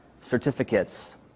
certificates